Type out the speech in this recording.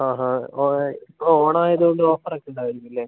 ആഹാ ഇപ്പോൾ ഓണമായതുകൊണ്ട് ഓഫറൊക്കെ ഉണ്ടാകുമായിരിക്കില്ലേ